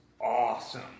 awesome